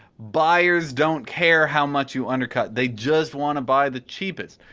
buyers don't care how much you undercut, they just wanna buy the cheapest.